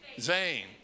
Zane